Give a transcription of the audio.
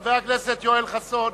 חבר הכנסת יואל חסון,